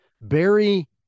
Barry